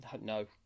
No